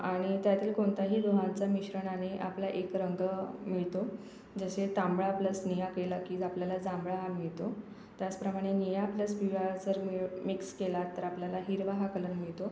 आणि त्यातील कोणताही दोहांचा मिश्रणाने आपला एक रंग मिळतो जसे तांबडा प्लस निळा केला की आपल्याला जांभळा हा मिळतो त्याचप्रमाणे निळा प्लस पिवळा जर मिळव मिक्स केला तर आपल्याला हिरवा हा कलर मिळतो